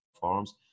farms